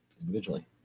individually